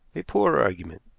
a poor argument,